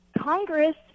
Congress